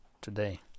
today